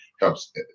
helps